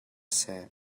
seh